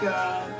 God